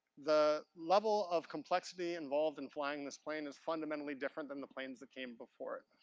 the level of complexity involved in flying this plane is fundamentally different than the planes that came before it.